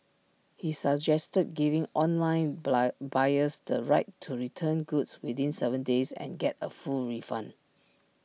he suggested giving online buyers the right to return goods within Seven days and get A full refund